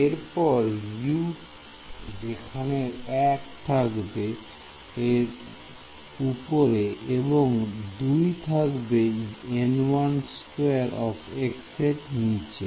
এরপরে হবে U যেখানে 1 থাকবে উপরে এবং 2 থাকবে র নিচে